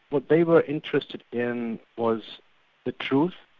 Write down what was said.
what they were interested in was the truth.